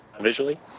visually